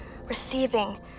receiving